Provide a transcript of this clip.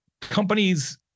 Companies